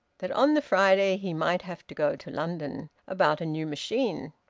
that on the friday he might have to go to london, about a new machine.